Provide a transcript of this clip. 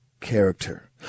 character